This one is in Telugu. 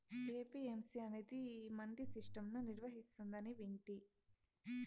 ఏ.పీ.ఎం.సీ అనేది ఈ మండీ సిస్టం ను నిర్వహిస్తాందని వింటి